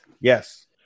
Yes